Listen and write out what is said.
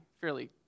fairly